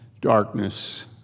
darkness